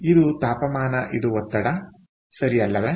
ಆದ್ದರಿಂದ ಇದು ತಾಪಮಾನ ಇದು ಒತ್ತಡ ಸರಿ ಅಲ್ಲವೇ